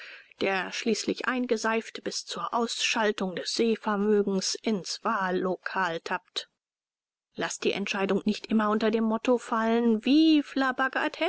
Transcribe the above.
der schließlich eingeseift bis zur ausschaltung des sehvermögens ins wahllokal tappt laßt die entscheidung nicht immer unter dem motto fallen vive